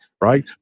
right